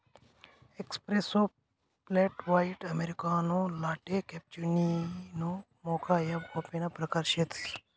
espresso, flat white, americano, latte, cappuccino, mocha या कॉफीना प्रकार शेतसं